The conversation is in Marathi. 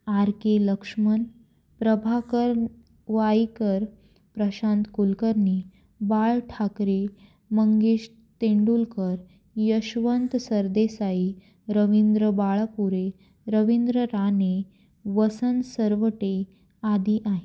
आर केे लक्ष्मण प्रभाकर वायकर प्रशांत कुलकर्नी बाळ ठाकरे मंगेश तेंडुलकर यशवंत सर्देसाई रवींद्र बाळापुरे रवींद्र राने वसंत सर्वटे आदी आहे